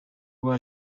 rwa